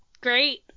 Great